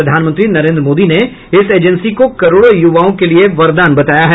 प्रधानमंत्री नरेन्द्र मोदी ने इस एजेंसी को करोड़ों युवाओं के लिए वरदान बताया है